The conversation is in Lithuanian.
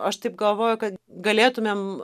aš taip galvoju kad galėtumėm